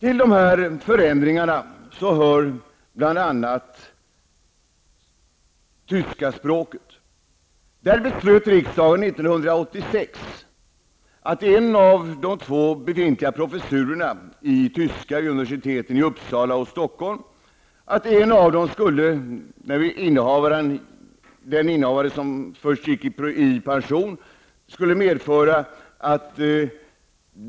I det sammanhanget berörs bl.a. tyska språket. Riksdagen beslöt 1986 att en av de två befintliga professurerna i tyska vid universiteten i Uppsala och Stockholm skulle förändras till en professur i tyskspråkig litteratur.